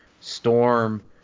storm